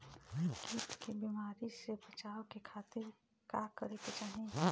कीट के बीमारी से बचाव के खातिर का करे के चाही?